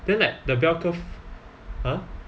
then like the bell curve !huh!